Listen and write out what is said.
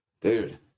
Dude